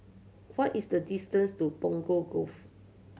what is the distance to Punggol Cove